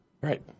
Right